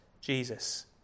Jesus